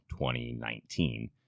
2019